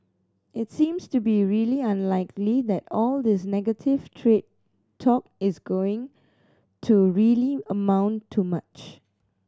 it seems to be really unlikely that all this negative trade talk is going to really amount to much